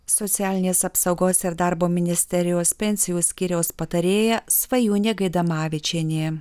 socialinės apsaugos ir darbo ministerijos pensijų skyriaus patarėja svajūnė gaidamavičienė